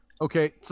Okay